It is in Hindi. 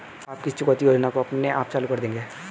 आप किस चुकौती योजना को अपने आप चालू कर देंगे?